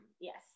Yes